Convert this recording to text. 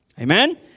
Amen